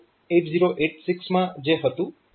તો આ 8086 માં જે હતું એમ જ છે